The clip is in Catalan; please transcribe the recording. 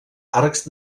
arcs